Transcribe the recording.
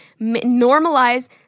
normalize